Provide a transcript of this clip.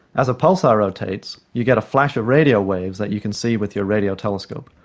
as a pulsar rotates, you get a flash of radio waves that you can see with your radio telescope.